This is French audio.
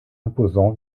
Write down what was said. imposant